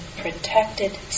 protected